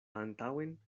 antaŭen